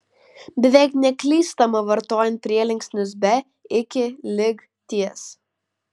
beveik neklystama vartojant prielinksnius be iki lig ties